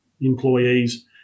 employees